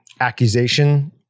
accusation